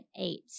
eight